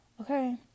okay